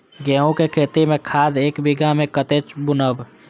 गेंहू के खेती में खाद ऐक बीघा में कते बुनब?